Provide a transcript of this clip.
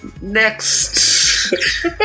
next